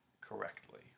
correctly